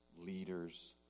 Leaders